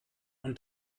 und